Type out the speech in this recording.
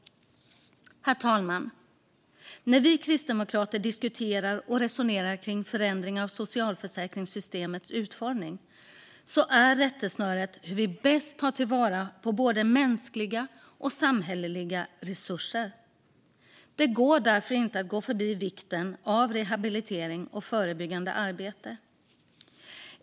Herr talman! När vi kristdemokrater diskuterar och resonerar kring förändringar av socialförsäkringssystemets utformning är rättesnöret hur man bäst tar till vara mänskliga och samhälleliga resurser. Det går därför inte att gå förbi vikten av rehabilitering och förebyggande arbete.